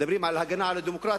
מדברים על הגנה על הדמוקרטיה.